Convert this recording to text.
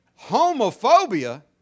Homophobia